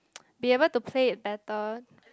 be able to play it better